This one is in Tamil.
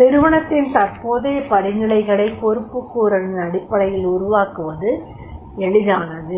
நிறுவனத்தின் தற்போதைய படிநிலைகளை பொறுப்புக்கூறலின் அடிப்படையில் உருவாக்குவது எளிதானது